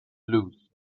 lose